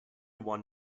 one